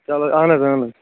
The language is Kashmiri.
چلو اہن حظ اہن حظ